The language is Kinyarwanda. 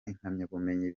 impamyabumenyi